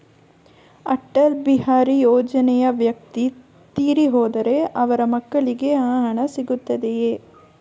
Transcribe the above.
ಅಟಲ್ ಬಿಹಾರಿ ಯೋಜನೆಯ ವ್ಯಕ್ತಿ ತೀರಿ ಹೋದರೆ ಅವರ ಮಕ್ಕಳಿಗೆ ಆ ಹಣ ಸಿಗುತ್ತದೆಯೇ?